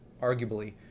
arguably